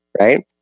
right